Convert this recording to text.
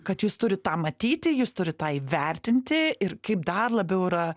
kad jūs turit tą matyti jis turi tai vertinti ir kaip dar labiau yra